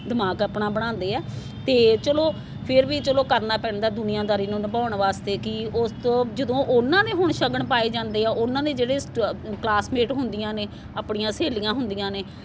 ਦਿਮਾਗ ਆਪਣਾ ਬਣਾਉਂਦੇ ਆ ਅਤੇ ਚਲੋ ਫਿਰ ਵੀ ਨੂੰ ਕਰਨਾ ਪੈਂਦਾ ਦੁਨੀਆਦਾਰੀ ਨੂੰ ਨਿਭਾਉਣ ਵਾਸਤੇ ਕਿ ਉਸ ਤੋਂ ਜਦੋਂ ਉਹਨਾਂ ਨੇ ਹੁਣ ਸ਼ਗਨ ਪਾਏ ਜਾਂਦੇ ਆ ਉਹਨਾਂ ਦੇ ਜਿਹੜੇ ਕਲਾਸਮੇਟ ਹੁੰਦੀਆਂ ਨੇ ਆਪਣੀਆਂ ਸਹੇਲੀਆਂ ਹੁੰਦੀਆਂ ਨੇ